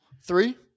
Three